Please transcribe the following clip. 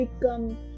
become